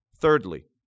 Thirdly